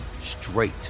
straight